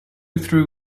through